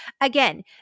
Again